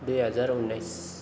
दुई हजार उन्नाइस